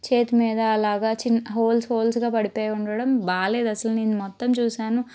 చేతి మీద అలాగా చిన్నహోల్స్ హోల్స్గా పడిపోయుండడం బాగాలేదసలు నేను మొత్తం చూశాను